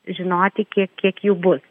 žinoti kiek kiek jų bus